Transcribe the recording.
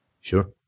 Sure